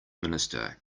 minister